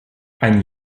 ein